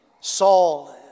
Saul